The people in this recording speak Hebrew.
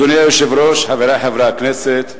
אדוני היושב-ראש, חברי חברי הכנסת,